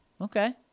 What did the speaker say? Okay